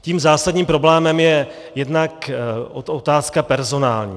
Tím zásadním problémem je jednak otázka personálu.